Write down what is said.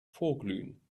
vorglühen